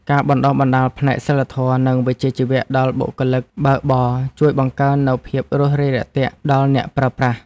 ការបណ្ដុះបណ្ដាលផ្នែកសីលធម៌ និងវិជ្ជាជីវៈដល់បុគ្គលិកបើកបរជួយបង្កើននូវភាពរួសរាយរាក់ទាក់ដល់អ្នកប្រើប្រាស់។